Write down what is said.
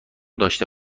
داشته